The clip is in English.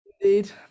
Indeed